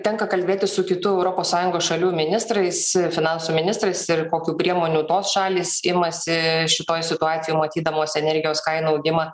tenka kalbėtis su kitų europos sąjungos šalių ministrais finansų ministrais ir kokių priemonių tos šalys imasi šitoj situacijoj matydamos energijos kainų augimą